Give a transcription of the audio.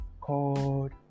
called